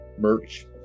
Merch